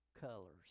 colors